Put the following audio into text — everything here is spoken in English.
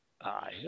Aye